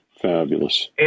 Fabulous